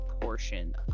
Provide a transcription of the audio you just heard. portion